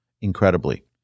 incredibly